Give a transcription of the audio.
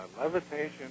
Levitation